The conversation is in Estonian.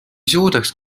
suudaks